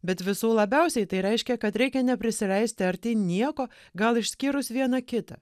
bet visų labiausiai tai reiškia kad reikia neprisileisti artyn nieko gal išskyrus vieną kitą